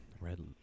Red